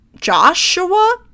Joshua